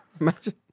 imagine